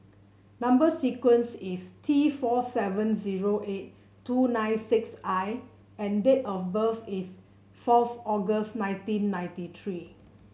number sequence is T four seven zero eight two nine six I and date of birth is fourth August nineteen ninety three